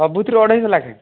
ସବୁଥିରୁ ଅଢ଼େଇ ଶହ ଲେଖାଏଁ